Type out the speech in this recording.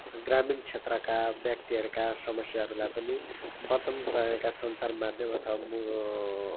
ग्रामीण क्षेत्रका व्यक्तिहरूका समस्याहरूलाई पनि वर्तमान चलेका सञ्चारमाध्यम अथवा महह